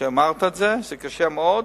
אמרת שזה קשה מאוד,